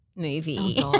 movie